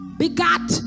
begat